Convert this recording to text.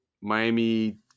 Miami